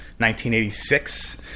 1986